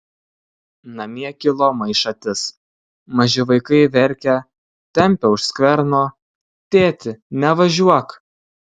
namie kilo maišatis maži vaikai verkia tempia už skverno tėti nevažiuok